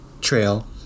trail